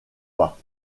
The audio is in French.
pas